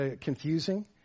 confusing